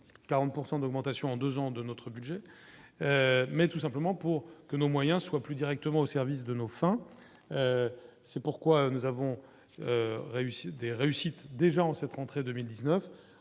d'augmentation en 2 ans de notre budget, mais tout simplement pour que nos moyens soient plus directement au service de nos fins, c'est pourquoi nous avons réussi des réussites déjà en cette rentrée 2019